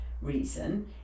reason